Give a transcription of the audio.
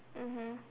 mmhmm